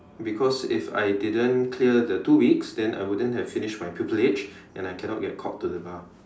because if I didn't clear the two weeks then I wouldn't have finish my pupilage and I cannot get called to the bar